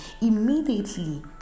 Immediately